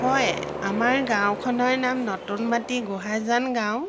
হয় আমাৰ গাঁওখনৰ নাম নতুন মাটি গোহাঁইজান গাঁও